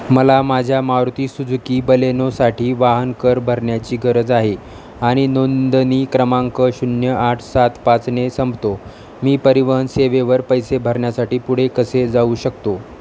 मला माझ्या मारुती सुजुकी बलेनोसाठी वाहन कर भरण्याची गरज आहे आणि नोंदणी क्रमांक शून्य आठ सात पाचने संपतो मी परिवहन सेवेवर पैसे भरण्यासाठी पुढे कसे जाऊ शकतो